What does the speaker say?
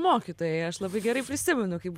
mokytojai aš labai gerai prisimenu kaip